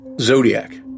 Zodiac